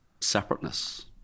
separateness